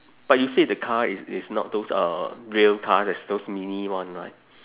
but you said the car is is not those uh real car it's those mini one right